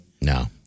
No